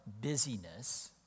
busyness